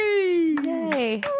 Yay